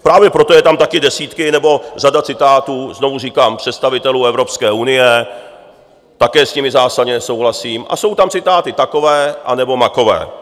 Právě proto jsou tam také desítky, nebo řada citátů, znovu říkám, představitelů Evropské unie, také s nimi zásadně nesouhlasím, a jsou tam citáty takové, anebo makové.